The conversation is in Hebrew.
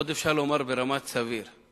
אפשר לומר שזה עוד ברמת סביר,